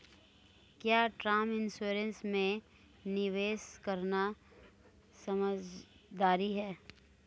क्या term insurance में निवेश करना समझदारी है?